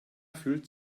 fühlt